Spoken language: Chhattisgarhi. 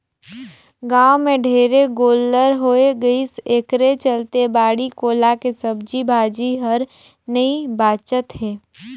गाँव में ढेरे गोल्लर होय गइसे एखरे चलते बाड़ी कोला के सब्जी भाजी हर नइ बाचत हे